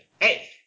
Hey